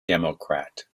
democrat